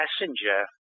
messenger